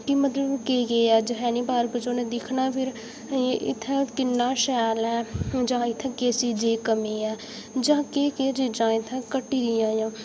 कि मतलब केह् केह् ऐ जखैनी पार्क च उ'नें दिक्खना फिर इत्थै किन्ना शैल ऐ जां इत्थै किस चिजै दी कमी ऐ जां केह् केह् चीजां इत्थै घटी दियां जां